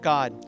God